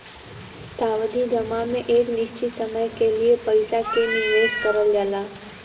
सावधि जमा में एक निश्चित समय के लिए पइसा क निवेश करल जाला